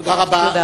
תודה רבה.